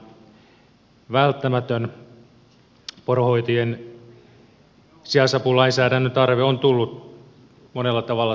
poronhoitajien sijaisapulainsäädännön tarve on tullut monella tavalla selväksi